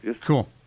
Cool